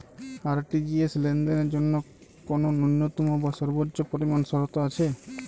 RTGS লেনদেনের জন্য কোন ন্যূনতম বা সর্বোচ্চ পরিমাণ শর্ত আছে?